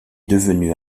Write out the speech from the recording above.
devenue